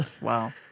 Wow